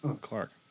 Clark